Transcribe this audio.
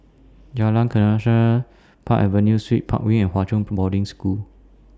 Jalan Park Avenue Suites Park Wing and Hwa Chong Boarding School